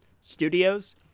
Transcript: studios